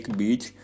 beach